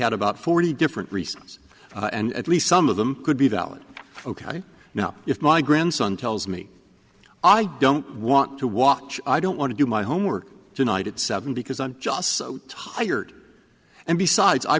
had about forty different reasons and at least some of them could be valid ok now if my grandson tells me i don't want to watch i don't want to do my homework tonight at seven because i'm just so tired and besides i